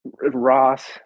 Ross